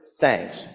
Thanks